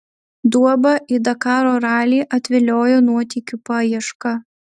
duobą į dakaro ralį atviliojo nuotykių paieška